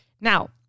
Now